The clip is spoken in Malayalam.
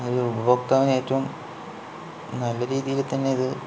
ഒരു ഉപഭോക്താവിന് ഏറ്റവും നല്ല രീതിയിൽ തന്നെ ഇത്